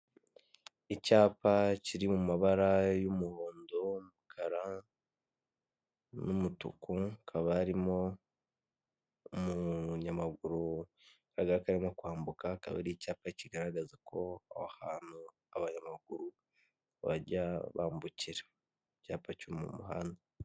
Icyapa kiri mu mabara y’umuhondo, umukara n’umutuku. Kaba harimo umunyamaguru aga ka arimo kwambuka . Icyapa kigaragaza ko ahantu abanyamaguru bajya bambukira icyapa cyo mu muhanda.